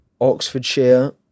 Oxfordshire